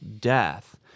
death